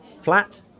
flat